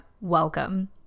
welcome